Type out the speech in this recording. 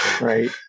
Right